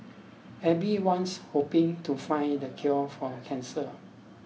everyone's hoping to find the cure for cancer